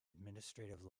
administrative